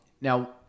Now